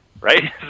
right